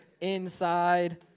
inside